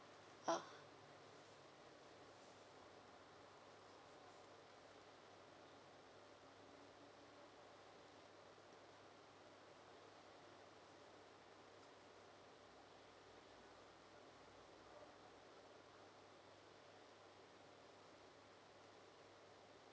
ah